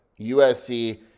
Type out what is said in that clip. USC